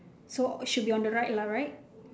so should be on the right lah right